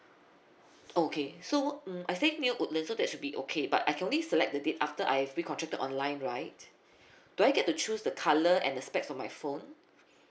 okay so mm I stay near woodlands so that should be okay but I can only select the date after I've re-contracted online do I get to choose the colour and the specs on my phone